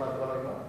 מה, כבר נגמר?